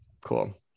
cool